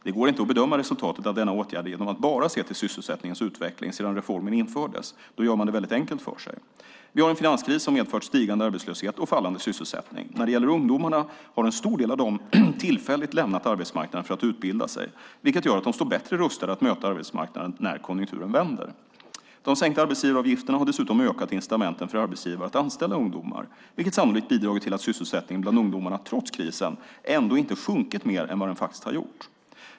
Det går inte att bedöma resultatet av denna åtgärd genom att bara se till sysselsättningens utveckling sedan reformen infördes, då gör man det väldigt enkelt för sig. Vi har haft en finanskris som medfört stigande arbetslöshet och fallande sysselsättning. När det gäller ungdomarna har en stor del av dem tillfälligt lämnat arbetsmarknaden för att utbilda sig, vilket gör att de står bättre rustade att möta arbetsmarknaden när konjunkturen vänder. De sänkta arbetsgivaravgifterna har dessutom ökat incitamenten för arbetsgivare att anställa ungdomar, vilket sannolikt bidragit till att sysselsättningen bland ungdomarna, trots krisen, ändå inte sjunkit mer än vad den faktiskt har gjort.